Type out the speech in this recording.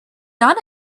done